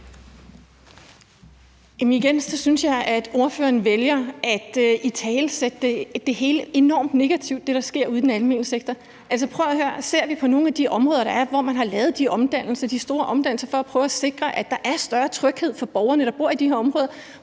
synes jeg, at ordføreren vælger at italesætte det, der sker ude i den almene sektor, enormt negativt. Altså, prøv at høre, hvis vi ser på nogle af de områder, hvor man har lavet de store omdannelser for at prøve at sikre, at der er større tryghed for borgerne, der bor i de her områder,